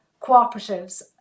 cooperatives